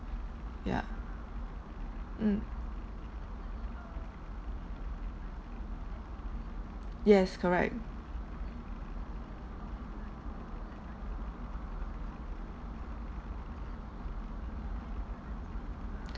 yeah mm yes correct